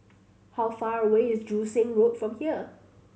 how far away is Joo Seng Road from here